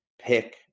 pick